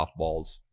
softballs